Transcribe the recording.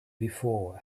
before